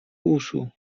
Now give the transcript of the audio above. uszu